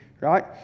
right